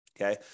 okay